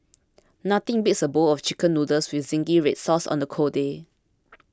nothing beats a bowl of Chicken Noodles with Zingy Red Sauce on a cold day